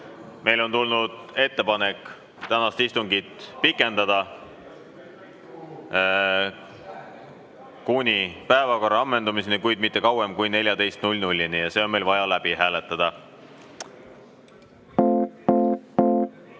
Meile on tulnud ettepanek tänast istungit pikendada kuni päevakorra ammendumiseni, kuid mitte kauem kui kella 14‑ni. See on meil vaja läbi hääletada. Härra